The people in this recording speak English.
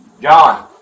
John